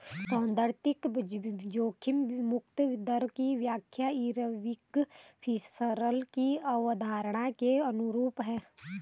सैद्धांतिक जोखिम मुक्त दर की व्याख्या इरविंग फिशर की अवधारणा के अनुरूप है